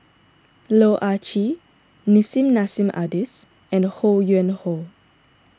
Loh Ah Chee Nissim Nassim Adis and Ho Yuen Hoe